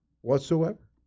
whatsoever